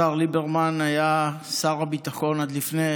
השר ליברמן היה שר הביטחון עד לפני